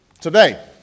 today